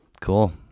Cool